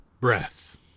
breath